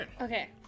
okay